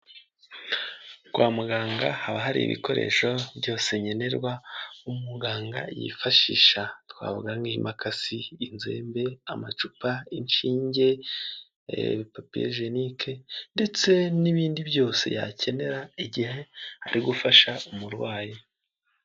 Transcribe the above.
Kwa muganga haba hari ibikoresho byose nkenerwa umuganga yifashisha. Twavuga nk'impakasi, inzembe amacupa, inshinge, papejenike ndetse n'ibindi byose yakenera igihe ari gufasha umurwayi.